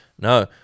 No